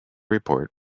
report